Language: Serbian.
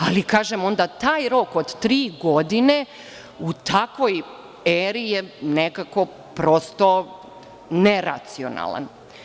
Ali, kažem, onda taj rok od tri godine u takvoj eri je nekako prosto neracionalan.